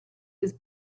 his